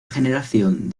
generación